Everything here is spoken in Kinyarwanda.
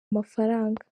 mafaranga